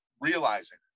realizing